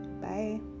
Bye